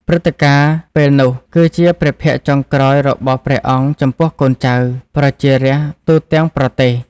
ព្រឹត្តិការណ៍ពេលនោះ គឺជាព្រះភ័ក្ត្រចុងក្រោយរបស់ព្រះអង្គចំពោះកូនចៅ ប្រជារាស្ត្រទូទាំងប្រទេស។